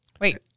Wait